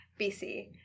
BC